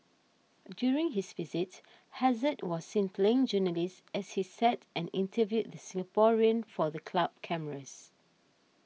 during his visit Hazard was seen playing journalist as he sat and interviewed the Singaporean for the club cameras